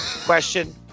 Question